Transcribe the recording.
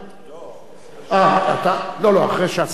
לא, לא, לא, אחרי שהשר עונה.